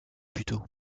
buteau